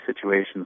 situations